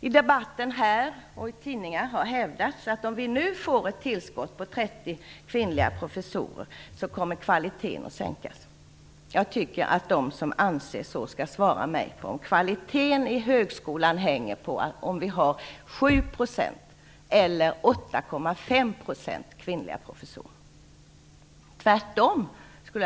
I debatten här och i tidningar har hävdats att om vi nu får ett tillskott på 30 kvinnliga professorer, så kommer kvaliteten att sänkas. Jag tycker att de som anser detta skall svara mig på frågan om kvaliteten i högskolan hänger på om vi har 7 % eller 8,5 % kvinnliga professorer.